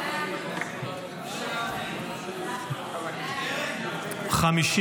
בדבר הפחתת תקציב לא נתקבלו.